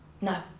No